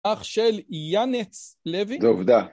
אח של ינץ לוי? זו עובדה.